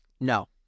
No